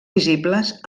visibles